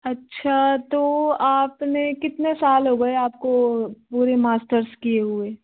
अच्छा तो आपने कितने साल हो गए आपको पूरी मास्टर्स किए हुए